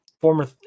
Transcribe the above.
former